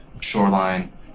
shoreline